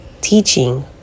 teaching